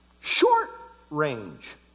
short-range